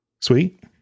Sweet